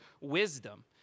wisdom